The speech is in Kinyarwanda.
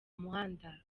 muhanda